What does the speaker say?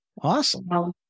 Awesome